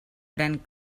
pren